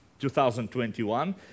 2021